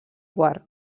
quart